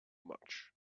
much